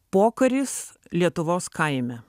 pokaris lietuvos kaime